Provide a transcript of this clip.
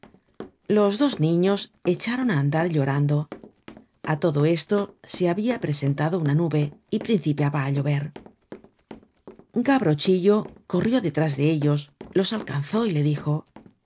los dos niños echaron á andar llorando a todo esto se habia presentado una nube y principiaba á llover content from google book search generated at gavrochillo corrió detrás de ellos los alcanzó y les dijo